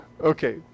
okay